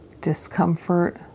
discomfort